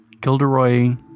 Gilderoy